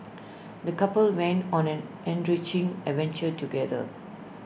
the couple went on an enriching adventure together